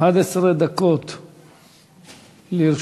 11 דקות לרשותך.